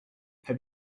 have